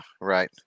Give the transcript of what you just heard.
right